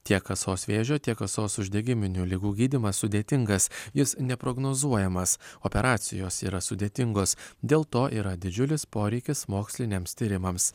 tiek kasos vėžio tiek kasos uždegiminių ligų gydymas sudėtingas jis neprognozuojamas operacijos yra sudėtingos dėl to yra didžiulis poreikis moksliniams tyrimams